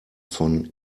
von